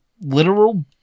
literal